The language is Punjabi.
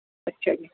ਅੱਛਾ ਜੀ